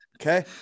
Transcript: Okay